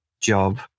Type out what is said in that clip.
job